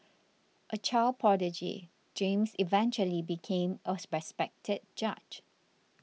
a child prodigy James eventually became a respected judge